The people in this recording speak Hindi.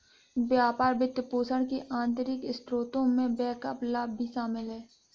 व्यापार वित्तपोषण के आंतरिक स्रोतों में बैकअप लाभ भी शामिल हैं